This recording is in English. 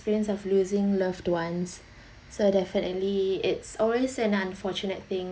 experience of losing loved ones so definitely it's always an unfortunate thing